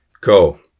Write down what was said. Go